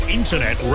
internet